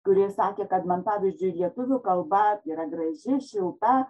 kuri sakė kad man pavyzdžiui lietuvių kalba yra graži šilta